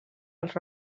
als